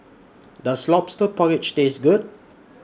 Does Lobster Porridge Taste Good